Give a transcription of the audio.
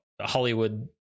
Hollywood